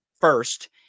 first